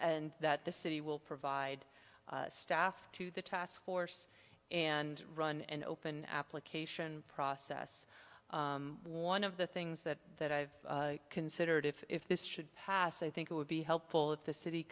and that the city will provide staff to the task force and run an open application process one of the things that i've considered if this should pass i think it would be helpful if the city